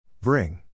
Bring